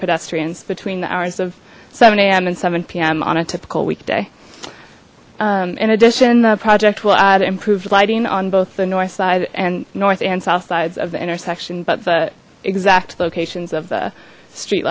pedestrians between the hours of seven a m and seven p m on a typical weekday in addition the project will add improved lighting on both the north side and north and south sides of the intersection but the exact locations of the street